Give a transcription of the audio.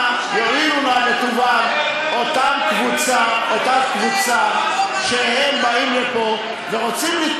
אבל זאת קבוצה של אנשים שכל מה שהם רוצים לעשות זה ליצור כותרות,